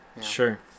sure